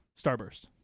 Starburst